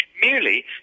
merely